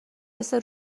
مثل